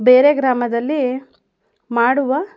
ಬೇರೆ ಗ್ರಾಮದಲ್ಲಿ ಮಾಡುವ